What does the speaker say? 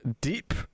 Deep